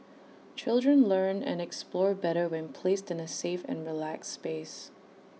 children learn and explore better when placed in A safe and relaxed space